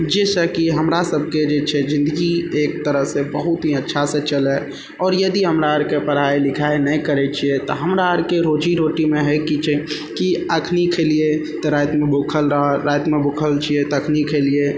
जाहि से कि हमरा सबके जे छै जिन्दगी एक तरह से बहुत ही अच्छा से चलै आओर यदि हमरा आरके पढ़ाइ लिखाइ नहि करै छियै तऽ हमरा आरके रोजी रोटीमे होइ की छै कि अखन खेलिए तऽ रातिमे भूखल रहल रातिमे भूखल छियै तऽ अखन खेलिए